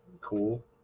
Cool